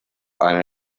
han